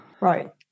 Right